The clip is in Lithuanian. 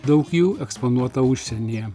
daug jų eksponuota užsienyje